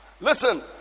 Listen